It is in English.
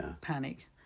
panic